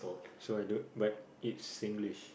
so I don't but it's Singlish